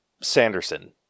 Sanderson